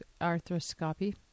arthroscopy